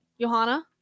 Johanna